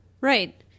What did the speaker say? Right